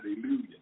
Hallelujah